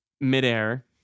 midair